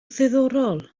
ddiddorol